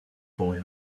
boy